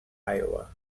iowa